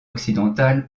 occidentale